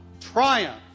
triumph